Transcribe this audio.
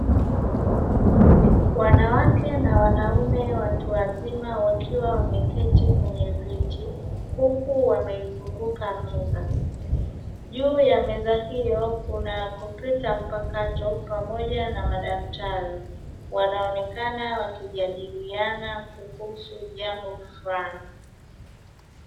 Wanawake na wanaume watu wazima wakiwa wameketi kwenye viti huku wameizunguka meza, juu ya meza hiyo kuna kompyuta mpakato pamoja na madaftari wanaonekana wakijadiliana kuhusu jambo fulani.